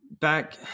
Back